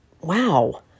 wow